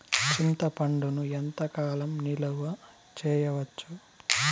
చింతపండును ఎంత కాలం నిలువ చేయవచ్చు?